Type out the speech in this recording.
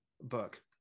book